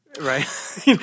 right